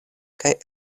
kaj